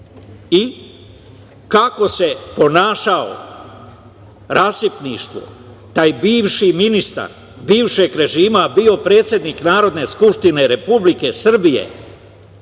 se ponašao, rasipništvo, taj bivši ministar bivšeg režima, a bio je predsednik Narodne skupštine Republike Srbije